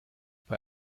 bei